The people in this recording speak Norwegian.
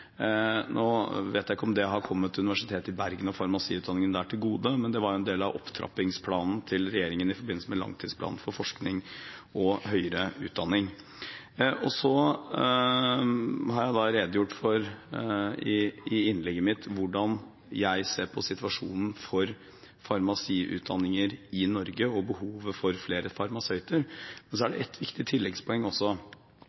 Nå vet jeg ikke om det har kommet Universitetet i Bergen og farmasiutdanningen der til gode, men det var en del av opptrappingsplanen til regjeringen i forbindelse med langtidsplanen for forskning og høyere utdanning. Så har jeg i hovedinnlegget mitt redegjort for hvordan jeg ser på situasjonen for farmasiutdanninger i Norge og behovet for flere farmasøyter. Men det er